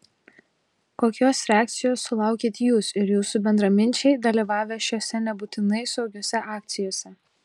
kokios reakcijos sulaukėt jūs ir jūsų bendraminčiai dalyvavę šiose nebūtinai saugiose akcijose